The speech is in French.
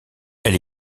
elle